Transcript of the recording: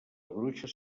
bruixes